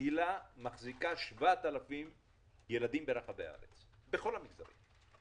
שמחזיקה 7,000 ילדים ברחבי הארץ בכל המגזרים,